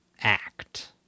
act